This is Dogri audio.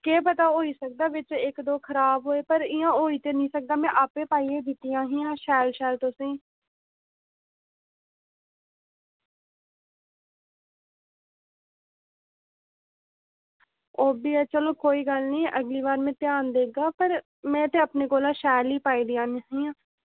केह् पता होई सकदा बिच्च इक दो खराब होऐ पर इ'यां होई ते निं सकदा में आपें पाइयै दित्तियां हियां शैल शैल तुसेंई ओह् बी ऐ चलो कोई गल्ल निं अगली बारी में ध्यान देगा पर में ते अपने कोला शैल ई पाई दियां दी हियां